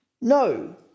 No